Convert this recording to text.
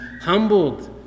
humbled